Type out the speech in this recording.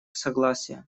согласия